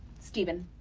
steven.